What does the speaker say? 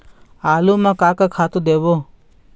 आलू म का का खातू देबो?